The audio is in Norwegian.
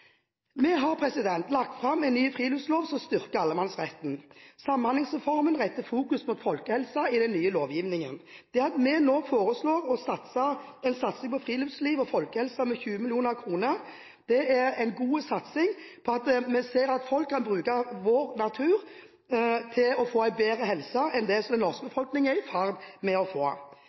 Vi har lagt fram en ny friluftslov som styrker allemannsretten. Samhandlingsreformen setter i den nye lovgivningen folkehelsen i fokus. Vi foreslår nå å satse på friluftsliv og folkehelse med 20 mill. kr. Det er en god satsing for at folk kan bruke vår natur til å få en bedre helse enn det den norske befolkningen er i ferd med å få.